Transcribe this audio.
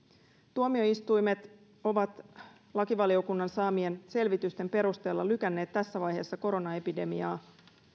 tuomioistuimet ovat lakivaliokunnan saamien selvitysten perusteella lykänneet tässä vaiheessa koronaepidemiaa